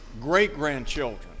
great-grandchildren